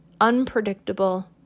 unpredictable